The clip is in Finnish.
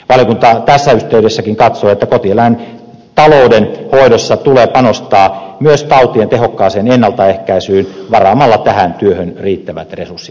valiokunta tässäkin yhteydessä katsoo että kotieläintalouden hoidossa tulee panostaa myös tautien tehokkaaseen ennaltaehkäisyyn varaamalla tähän työhön riittävät resurssit